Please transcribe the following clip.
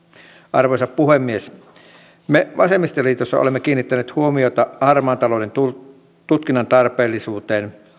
arvoisa puhemies me vasemmistoliitossa olemme kiinnittäneet huomiota harmaan talouden tutkinnan tarpeellisuuteen